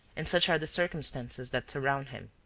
and such are the circumstances that surround him.